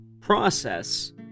process